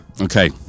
Okay